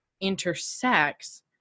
intersects